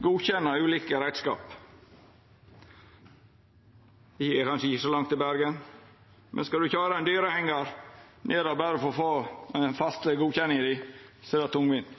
godkjenna ulike reiskap. Det er kanskje ikkje så langt til Bergen, men skal ein køyra ein dyrehengjar ned der berre for å få fastslege godkjenninga, er det tungvint.